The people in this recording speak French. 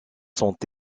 sont